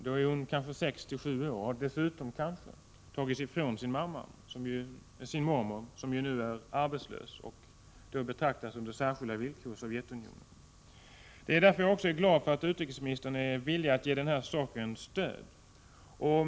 Flickan har hunnit bli sex sju år och dessutom kanske också tagits ifrån sin mormor, som ju nu är arbetslös, varför särskilda villkor gäller för henne i Sovjetunionen. Jag är glad att utrikesministern är villig att ge den här saken stöd.